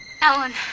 ellen